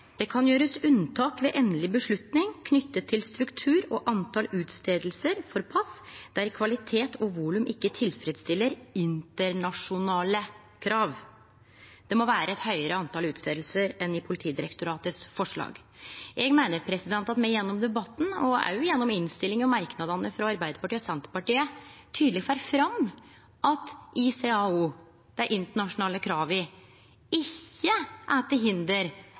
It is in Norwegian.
Det kan gjøres unntak ved endelig beslutning knyttet til struktur og antall utstedelsessteder for pass der kvalitet og volum ikke tilfredsstiller internasjonale krav. Det må være et høyere antall utstedelsessteder enn i Politidirektoratets forslag.» Eg meiner at me gjennom debatten og gjennom innstillinga og merknadene frå Arbeiderpartiet og Senterpartiet tydeleg får fram at ICAO, dei internasjonale krava, ikkje er til hinder